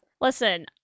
Listen